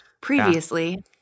Previously